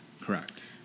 correct